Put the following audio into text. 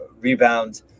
rebound